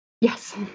Yes